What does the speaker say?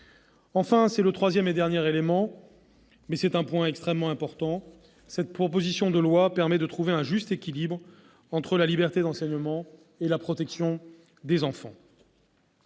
Enfin, troisième et dernier point, qui est extrêmement important, cette proposition de loi permet de trouver un juste équilibre entre liberté d'enseignement et protection des enfants.